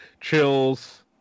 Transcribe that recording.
chills